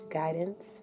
guidance